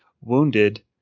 wounded